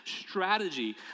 strategy